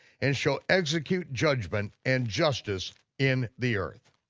and shall execute judgment and justice in the earth.